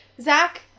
Zach